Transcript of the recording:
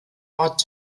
wort